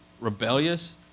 rebellious